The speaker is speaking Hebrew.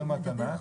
תקבל מתנה.